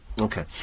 Okay